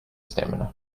stamina